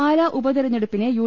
പാലാ ഉപതെരഞ്ഞെടുപ്പിനെ യു